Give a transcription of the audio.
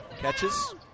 catches